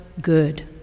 good